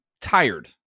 tired